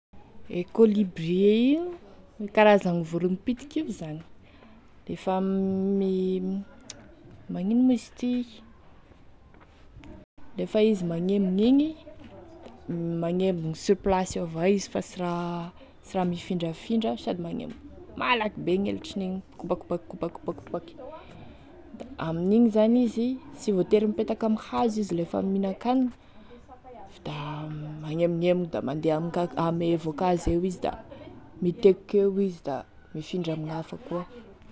E kolibria io karazane vorogny pitiky io zany, lefa mi- magnino moa izy ty, lefa izy magnembogny igny, magnembogny sur place eo avao izy fa sy raha sy raha mifindrafindra sady magnembogny malaky be gn'elatrany igny mikopakopakopakopaky da amin'igny zany izy sy voatery mipetaky ame hazo izy lefa mihinakanigny fa da magnembognembogny da mandeha ame ka ame voankazo eo izy da mitekokeo izy da mifindra amegn'hafa koa.